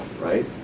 right